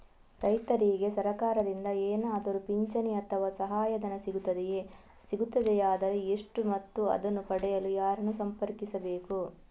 ರೈತರಿಗೆ ಸರಕಾರದಿಂದ ಏನಾದರೂ ಪಿಂಚಣಿ ಅಥವಾ ಸಹಾಯಧನ ಸಿಗುತ್ತದೆಯೇ, ಸಿಗುತ್ತದೆಯಾದರೆ ಎಷ್ಟು ಮತ್ತು ಅದನ್ನು ಪಡೆಯಲು ಯಾರನ್ನು ಸಂಪರ್ಕಿಸಬೇಕು?